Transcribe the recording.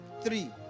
three